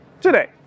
today